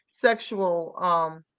sexual